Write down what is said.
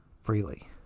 freely